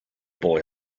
boy